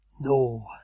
No